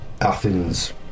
Athens